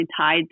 tied